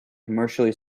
commercially